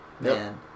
man